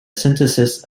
synthesis